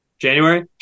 January